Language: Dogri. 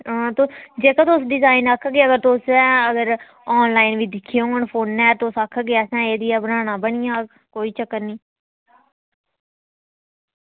हां तुस जेह्का तुस डिजाईन आक्खगे अगर तुसें अगर ऑनलाईन दिक्खे होन फोनै उप्पर तुस आक्खगे असें इ'यै नेहा बनाना बनी जाह्ग कोई चक्कर निं